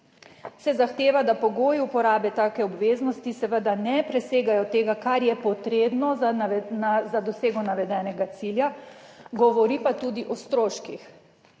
se zahteva, da pogoji uporabe take obveznosti seveda ne presegajo tega, kar je potrebno za dosego navedenega cilja, govori pa tudi o stroških,